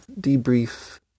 debrief